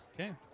Okay